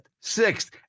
sixth